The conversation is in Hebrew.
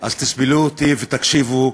אז תסבלו אותי ותקשיבו,